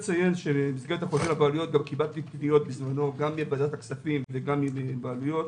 קיבלתי בזמנו תביעות מוועדת הכספים ומהבעלויות